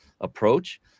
approach